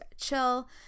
chill